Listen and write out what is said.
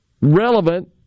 relevant